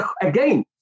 again